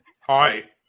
Hi